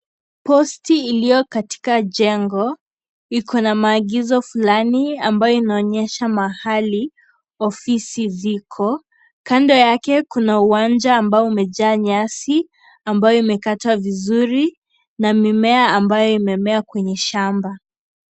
Posti iliyo katika jengo, iko na maagizo fulani ambayo inaonyesha mahali ofisi ziko. Kando yake, kuna uwanja ambao umejaa nyasi ambayo imekatwa vizuri na mimea ambayo imemea kwenye shamba.